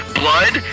blood